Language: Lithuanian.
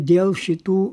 dėl šitų